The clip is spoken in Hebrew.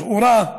לכאורה,